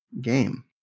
game